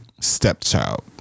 Stepchild